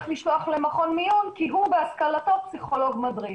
לשלוח למכון מיון כי הוא בהשכלתו פסיכולוג מדריך.